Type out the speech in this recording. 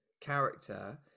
character